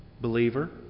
believer